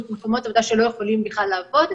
במקומות עבודה שלא יכולים בכלל לעבוד.